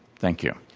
thank you.